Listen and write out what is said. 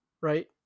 right